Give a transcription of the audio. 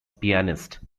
pianist